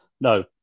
No